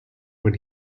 when